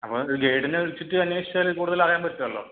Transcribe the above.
അപ്പോൾ ഗൈഡിനെ വെച്ചിട്ട് അന്വേഷിച്ചാൽ കൂടുതൽ അറിയാൻ പറ്റുമല്ലോ